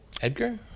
edgar